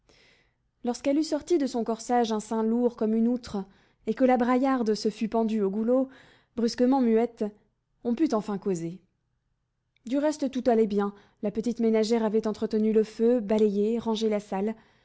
lorsqu'elle eut sorti de son corsage un sein lourd comme une outre et que la braillarde se fut pendue au goulot brusquement muette on put enfin causer du reste tout allait bien la petite ménagère avait entretenu le feu balayé rangé la salle